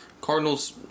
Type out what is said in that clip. Cardinals